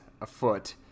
afoot